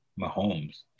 Mahomes